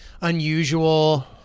unusual